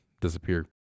disappear